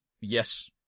yes